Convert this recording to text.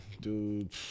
Dude